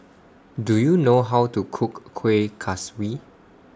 Do YOU know How to Cook Kueh Kaswi